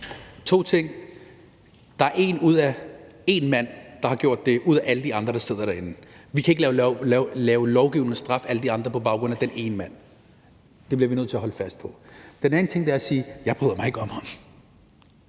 to ting. Den første er, at det er én mand, der har gjort det, ud af alle de andre, der sidder derinde. Vi kan ikke lave lovgivning og straffe alle de andre på baggrund af den ene mand. Det bliver vi nødt til at holde fast i. Den anden ting er, at jeg ikke bryder mig om ham,